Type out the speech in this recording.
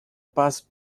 passed